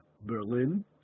Berlin